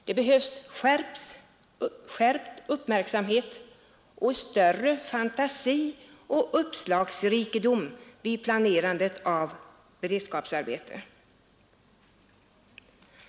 Det behövs skärpt uppmärksamhet och större fantasi och uppslagsrikedom vid planerandet av beredskapsarbete.